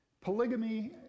Polygamy